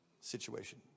situation